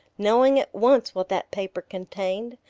knowing at once what that paper contained.